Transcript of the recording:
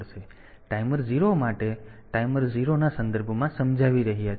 તેથી ટાઈમર 0 માટે આપણે ટાઈમર 0 ના સંદર્ભમાં સમજાવી રહ્યા છીએ